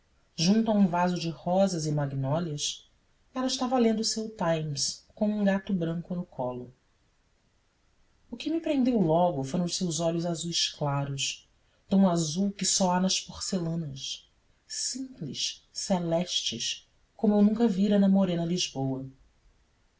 a um vaso de rosas e magnólias ela estava lendo o seu times com um gato branco no colo o que me prendeu logo foram os seus olhos azuis claros de um azul que só há nas porcelanas simples celestes como eu nunca vira na morena lisboa